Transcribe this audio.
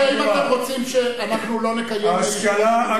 האם אתם רוצים שאנחנו לא נקיים ישיבות עם הממשלה?